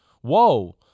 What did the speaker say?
whoa